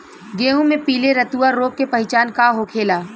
गेहूँ में पिले रतुआ रोग के पहचान का होखेला?